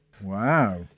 wow